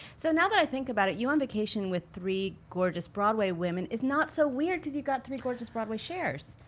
so now that i think about it you on vacation with three gorgeous broadway women it's not so weird cuz you've got three gorgeous broadway chers.